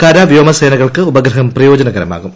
കര വ്യോമ സേനകൾക്ക് ഉപഗ്രഹം പ്രയോജനകരമാകും